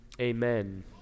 amen